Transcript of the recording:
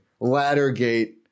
Laddergate